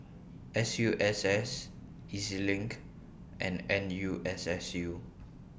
S U S S E Z LINK and N U S S U